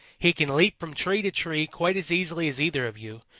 he can leap from tree to tree quite as easily as either of you,